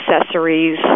accessories